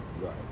Right